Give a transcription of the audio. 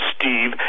Steve